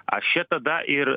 aš čia tada ir